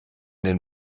denn